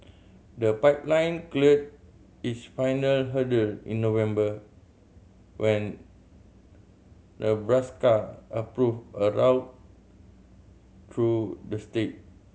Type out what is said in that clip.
the pipeline cleared its final hurdle in November when Nebraska approved a route through the state